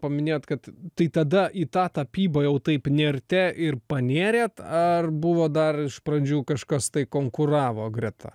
paminėjot kad tai tada į tą tapybą jau taip nirte ir panėrėt ar buvo dar iš pradžių kažkas tai konkuravo greta